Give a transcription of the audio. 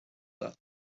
that